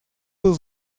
был